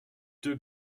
deux